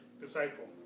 disciple